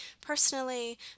Personally